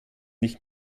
nicht